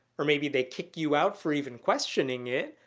or maybe they kick you out for even questioning it,